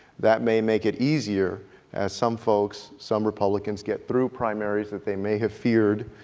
that may make it easyier as some folks, some republicans get through primaries that they may have feared,